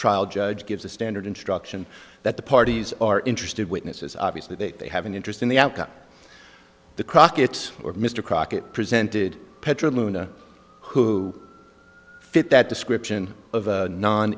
trial judge gives a standard instruction that the parties are interested witnesses obviously that they have an interest in the outcome the crockett's or mr crockett presented petra luna who fit that description of a non